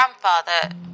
grandfather